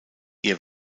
ihr